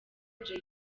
jay